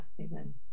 amen